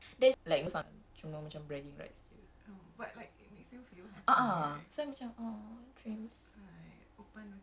a'ah I was like opocot aku jadi marauder I there's actually like no real function to it ah cuma macam bragging rights jer